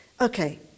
Okay